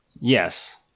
Yes